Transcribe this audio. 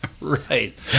right